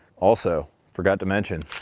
also, forgot to mention.